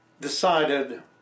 decided